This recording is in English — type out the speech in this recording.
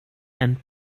and